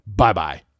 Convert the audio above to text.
Bye-bye